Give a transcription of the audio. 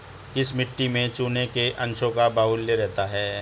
किस मिट्टी में चूने के अंशों का बाहुल्य रहता है?